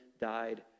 died